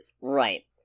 Right